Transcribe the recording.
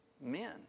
men